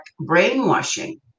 brainwashing